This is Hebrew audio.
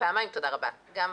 פעמיים תודה רבה גבירתי,